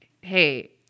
hey